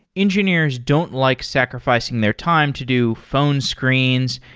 engineers don't like sacrificing their time to do phone screens,